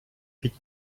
під